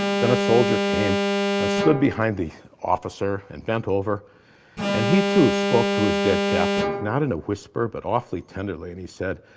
then a soldier came and stood behind the officer and bent over and he, too, spoke to his dead captain. not in a whisper but awfully tenderly and he said,